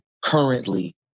currently